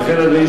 ולכן,